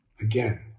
Again